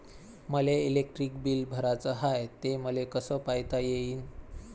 मले electric bill भराचं हाय, ते मले कस पायता येईन?